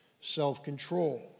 self-control